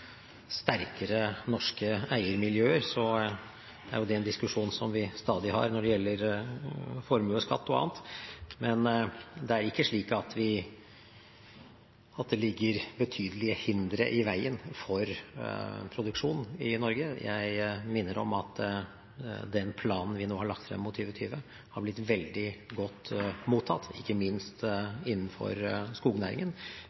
sterkere norske eiermiljøer, er det en diskusjon vi stadig har når det gjelder formuesskatt og annet. Men det er ikke slik at det ligger betydelige hindre i veien for produksjon i Norge. Jeg minner om at den planen vi nå har lagt frem mot 2020, har blitt veldig godt mottatt – ikke minst